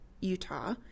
utah